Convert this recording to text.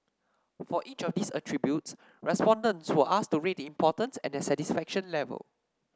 for each of these attributes respondents were asked to rate the importance and their satisfaction level